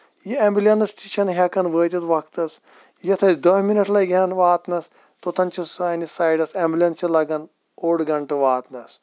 یہِ ایٚمبلینٕس تہِ چھےٚ نہٕ ہیٚکان وٲتِتھ وقتَس یَتھ اَسہِ دہ مِنت لَگہٕ ہان واتنس توتن چھِ سٲنِس سایڈس ایٚمبلینسہِ لگان اوٚڈ گنٹہٕ واتنس